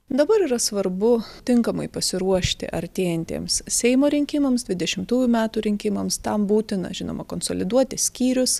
dabar yra svarbu tinkamai pasiruošti artėjantiems seimo rinkimams dvidešimtųjų metų rinkimams tam būtina žinoma konsoliduoti skyrius